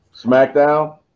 Smackdown